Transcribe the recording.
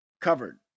covered